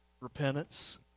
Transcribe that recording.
repentance